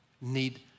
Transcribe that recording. need